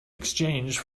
exchanged